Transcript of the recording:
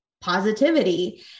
positivity